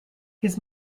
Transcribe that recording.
his